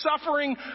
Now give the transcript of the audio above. suffering